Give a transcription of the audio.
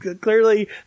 clearly